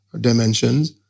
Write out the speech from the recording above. dimensions